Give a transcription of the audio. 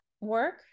work